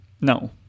No